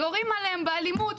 יורים עליהם באלימות,